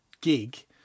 gig